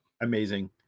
amazing